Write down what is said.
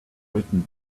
britain